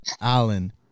Allen